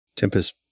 Tempest